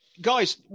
Guys